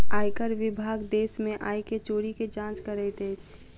आयकर विभाग देश में आय के चोरी के जांच करैत अछि